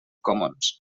commons